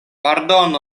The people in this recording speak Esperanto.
pardonu